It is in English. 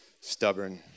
stubborn